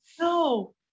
No